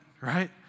right